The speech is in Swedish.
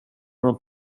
dem